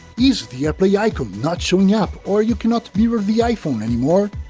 is the airplay yeah icon not showing up or you cannot mirror the iphone anymore?